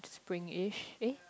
spring ish eh